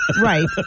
Right